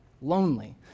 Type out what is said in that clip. lonely